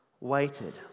waited